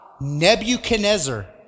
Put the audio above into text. Nebuchadnezzar